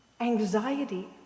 anxiety